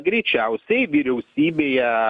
greičiausiai vyriausybėje